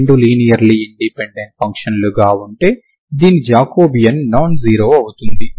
ఈ రెండూ linearly independent ఫంక్షన్లు గా ఉంటే దీని జాకోబియన్ నాన్ జీరో అవుతుంది